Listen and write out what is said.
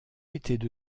étaient